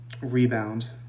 rebound